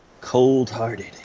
cold-hearted